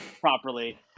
properly